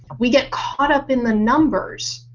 we get caught up in the numbers.